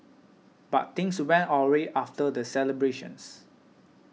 but things went awry after the celebrations